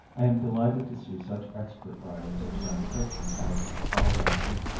i am delighted to see such expert writers of science fiction as harl vincent,